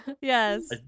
Yes